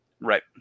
Right